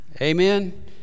Amen